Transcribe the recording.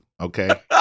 Okay